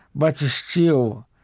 but still,